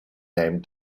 named